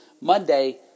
Monday